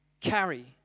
carry